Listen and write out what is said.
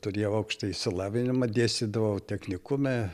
turėjau aukštąjį išsilavinimą dėstydavau technikume